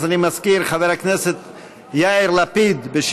אז אני מזכיר: חבר הכנסת יאיר לפיד יפתח,